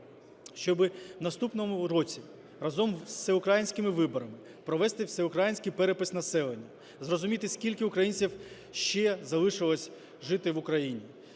щоби в наступному році разом із всеукраїнськими виборами провести Всеукраїнський перепис населення, зрозуміти, скільки українців ще залишилося жити в Україні.